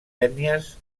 ètnies